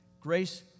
Grace